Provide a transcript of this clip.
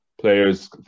players